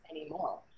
anymore